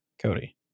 Cody